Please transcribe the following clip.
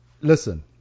Listen